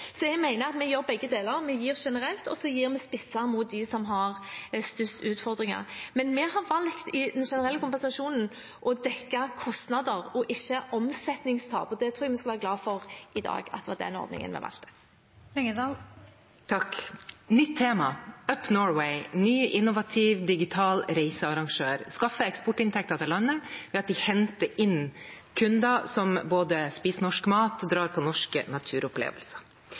har størst utfordringer. Men vi har valgt i den generelle kompensasjonen å dekke kostnader og ikke omsetningstap. Det tror jeg vi skal være glade for i dag var den ordningen vi varslet. Nytt tema: Up Norway, en ny innovativ digital reisearrangør, skaffer eksportinntekter til landet ved at de henter inn kunder som både spiser norsk mat og drar på norske naturopplevelser.